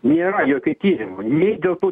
nėra jokio tyrimo nei dėl tų